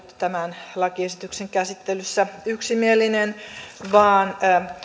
tämän lakiesityksen käsittelyssä yksimielinen vaan